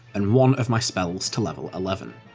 and one of my spells to level eleven.